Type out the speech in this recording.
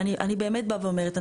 אני באמת באה ואומרת,